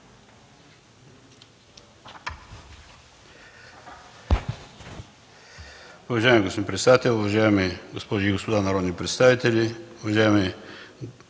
Благодаря.